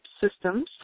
systems